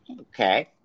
Okay